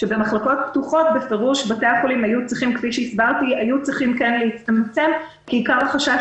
שבמחלקות פתוחות בפירוש בתי החולים היו צריכים להצטמצם כי עיקר החשש